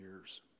years